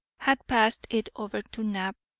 had passed it over to knapp,